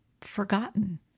forgotten